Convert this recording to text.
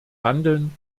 handeln